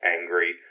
angry